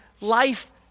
life